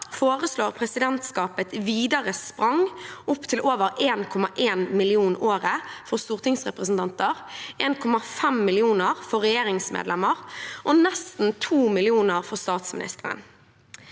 presidentskapet et videre sprang, opp til over 1,1 mill. kr i året for stortingsrepresentanter, 1,5 mill. kr for regjeringsmedlemmer og nesten 2 mill. kr for statsministeren.